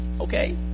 Okay